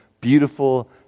beautiful